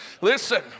Listen